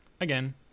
again